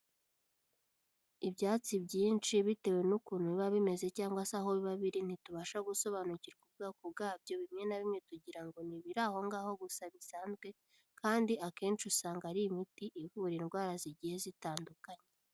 Ibyatsi byinshi bitewe n'ukuntu biba bimeze cyangwa se aho biba biri, ntitubasha gusobanukirwa ubwoko bwabyo, bimwe na bimwe tugira ngo ni ibiri aho ngaho gusa bisanzwe, kandi akenshi usanga ari imiti ivura indwara zigiye zitandukanye.